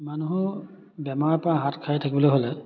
মানুহ বেমাৰৰ পৰা হাত সাৰি থাকিবলৈ হ'লে